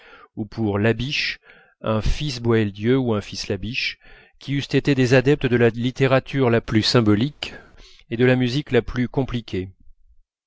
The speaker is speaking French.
ou pour labiche un fils de boieldieu ou un fils de labiche qui eussent été des adeptes de la littérature la plus symbolique et de la musique la plus compliquée